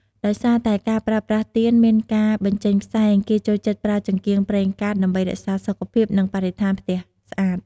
ដោយសារតែការប្រើប្រាស់ទៀនមានការបញ្ចេញផ្សែង គេចូលចិត្តប្រើចង្កៀងប្រេងកាត ដើម្បីរក្សាសុខភាព និងបរិស្ថានផ្ទះស្អាត។